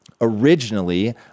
Originally